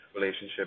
relationship